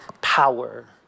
power